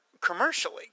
commercially